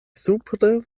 supre